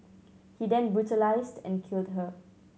he then brutalised and killed her